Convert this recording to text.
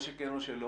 או שכן או שלא,